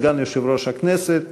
סגן יושב-ראש הכנסת.